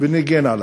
וניגן עליו.